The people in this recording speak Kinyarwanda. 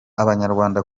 abanyarwanda